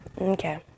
Okay